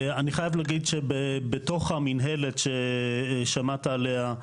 אני חייב להגיד שבתוך המנהלת ששמעת עליה,